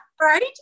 right